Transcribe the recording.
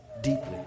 deeply